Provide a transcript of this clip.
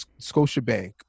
Scotiabank